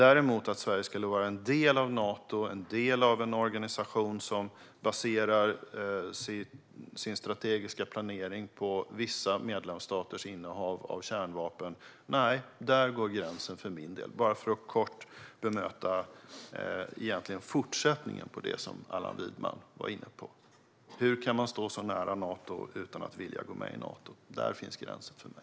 Att Sverige skulle vara en del av Nato, en del av en organisation som baserar sin strategiska planering på vissa medlemsstaters innehav av kärnvapen - där går gränsen för min del. Detta sagt bara för att kort bemöta fortsättningen på det som Allan Widman var inne på, det vill säga hur man kan stå så nära Nato utan att vilja gå med i Nato. Där går gränsen för mig.